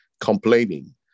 complaining